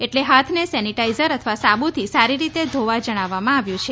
એટલે હાથને સેનિટાઈઝર અથવા સાબુથી સારી રીતે ધોવા જણાવવામાં આવ્યું છે